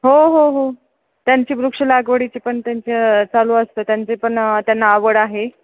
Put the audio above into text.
हो हो हो त्यांची वृक्ष लागवडीची पण त्यांचं चालू असतं त्यांचे पण त्यांना आवड आहे